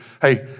Hey